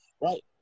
right